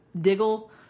Diggle